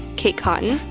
k cotton,